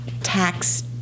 tax